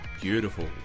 beautiful